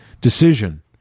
decision